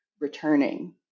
returning